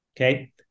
Okay